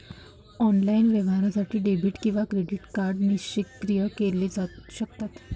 online व्यवहारासाठी debit किंवा credit card निष्क्रिय केले जाऊ शकतात